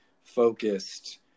focused